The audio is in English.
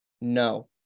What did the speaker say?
No